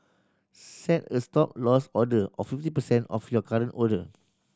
set a Stop Loss order of fifty percent of your current order